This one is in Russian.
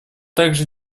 также